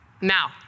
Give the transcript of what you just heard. now